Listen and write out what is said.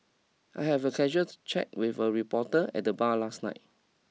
I have a casual chat with a reporter at the bar last night